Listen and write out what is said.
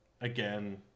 again